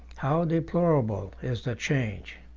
how deplorable is the change!